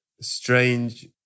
strange